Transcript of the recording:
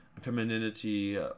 femininity